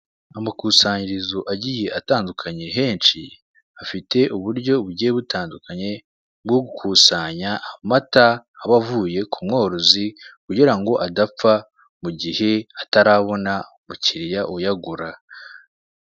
Amakusanyirizo agiye atandukanye henshi, afite uburyo bugiye butandukanye bwo gukusanya amata aba avuye ku mworozi kugira ngo adapfa mu gihe atarabona umukiriya uyagura.